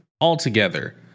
altogether